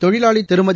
தொழிலாளிதிருமதி